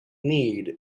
need